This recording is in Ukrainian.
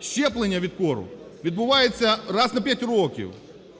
щеплення від кору відбувається раз на 5 років.